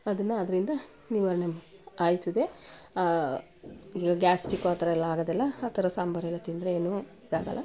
ಅದನ್ನು ಅದರಿಂದ ನಿವಾರಣೆ ಆಯ್ತದೆ ಈಗ ಗ್ಯಾಸ್ಟಿಕು ಆ ಥರ ಎಲ್ಲ ಆಗೋದೆಲ್ಲ ಆ ಥರ ಸಾಂಬಾರೆಲ್ಲ ತಿಂದರೆ ಏನೂ ಇದಾಗೋಲ್ಲ